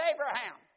Abraham